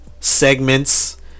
segments